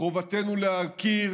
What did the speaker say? חובתנו להכיר